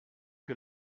que